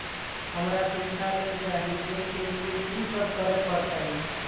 हमरा शिक्षा लोन चाही ऐ के लिए की सब करे परतै?